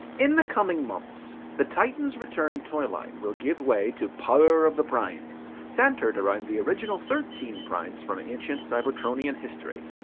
in the coming months, the titans return toyline will give way to power of the primes, centered around the original thirteen primes from ancient cybertronian history.